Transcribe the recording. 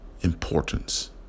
importance